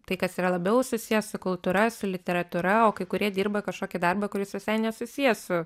tai kas yra labiau susiję su kultūra su literatūra o kai kurie dirba kažkokį darbą kuris visai nesusijęs su